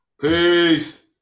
Peace